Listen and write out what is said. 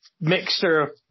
mixture